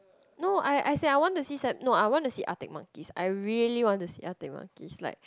no I as in I want to see s~ no I want to see Arctic-monkeys I really want to see Arctic-monkeys like